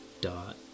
dot